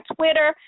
Twitter